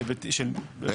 כמה מקרים כאלה יש?